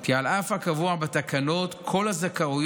כי על אף הקבוע בתקנות, כל הזכאויות